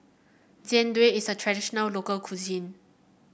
Jian Dui is a traditional local cuisine